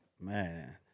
Man